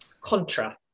contra